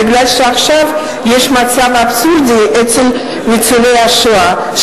כי עכשיו יש מצב אבסורדי אצל ניצולי השואה: